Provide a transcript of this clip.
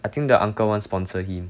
I think the uncle want sponsor him